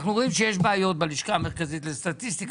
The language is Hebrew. אנחנו רואים שיש בעיות בלשכה המרכזית לסטטיסטיקה.